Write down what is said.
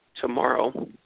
tomorrow